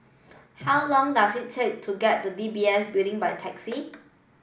how long does it take to get to D B S Building by taxi